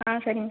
ஆ சரிங்க